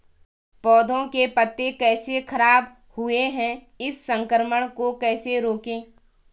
पौधों के पत्ते कैसे खराब हुए हैं इस संक्रमण को कैसे रोकें?